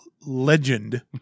Legend